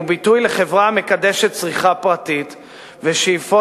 "הוא ביטוי לחברה המקדשת צריכה פרטית ושאיפות